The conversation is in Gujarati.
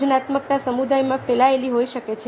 સર્જનાત્મકતા સમુદાયમાં ફેલાયેલી હોઈ શકે છે